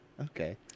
Okay